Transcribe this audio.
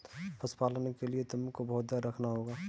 पशुपालन के लिए तुमको बहुत धैर्य रखना होगा